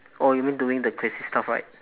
oh you mean doing the crazy stuff right